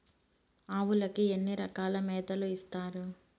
ఆవులకి ఎన్ని రకాల మేతలు ఇస్తారు?